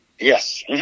Yes